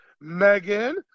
Megan